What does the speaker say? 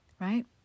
right